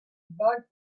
bug